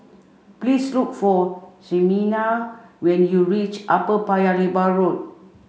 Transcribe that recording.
please look for Ximena when you reach Upper Paya Lebar Road